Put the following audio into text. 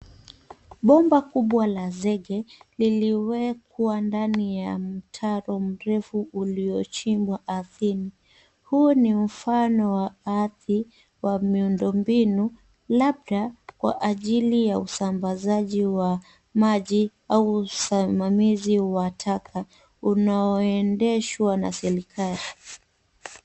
Bomba kubwa la zenge liliwekwa ndani ya mtaro mrefu uliochimbwa ardhini. Huu ni mfano wa ardhi wa miundo mbinu labda kwa ajili ya usambazaji wa maji au usimamizi wa taka unaoendeshwa na serikali.